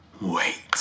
wait